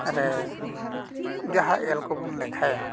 ᱨᱮ ᱡᱟᱦᱟᱸ ᱮᱞ ᱠᱚᱵᱚᱱ ᱞᱮᱠᱷᱟᱭᱟ